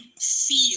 feel